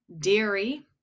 dairy